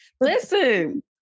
Listen